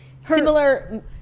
similar